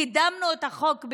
קידמנו את החוק,